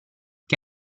che